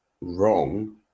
wrong